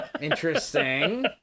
interesting